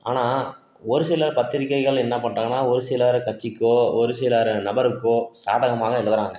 ஆனால் ஒரு சிலர் பத்திரிகைகள் என்ன பண்ணுறாங்கன்னா ஒரு சிலர் கட்சிக்கோ ஒரு சிலர் நபருக்கோ சாதகமாக எழுதறாங்க